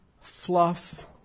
fluff